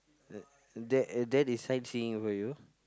th~ that that is sightseeing for you